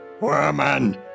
woman